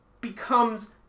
becomes